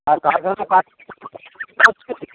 আর